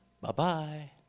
Bye-bye